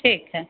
ठीक है